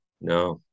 no